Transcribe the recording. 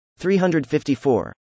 354